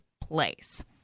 place